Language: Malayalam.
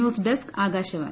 news desk Akashvani